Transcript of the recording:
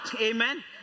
amen